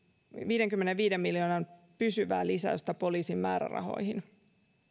viidenkymmenenviiden miljoonan pysyvää lisäystä poliisin määrärahoihin